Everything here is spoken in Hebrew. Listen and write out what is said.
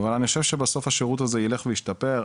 אבל אני חושב שבסוף השירות הזה ילך וישתפר,